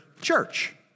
church